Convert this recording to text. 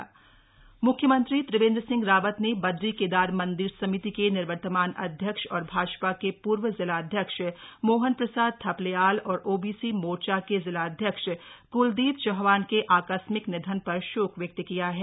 दुर्घटना श्रद्धांजलि म्ख्यमंत्री त्रिवेन्द्र सिंह रावत ने बद्री केदार मंदिर समिति के निवर्तमान अध्यक्ष और भाजपा के पूर्व जिलाध्यक्ष मोहन प्रसाद थपलियाल और ओबीसी मोर्चा के जिलाध्यक्ष कुलदीप चैहान के आकस्मिक निधन पर शोक व्यक्त किया है